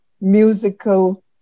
musical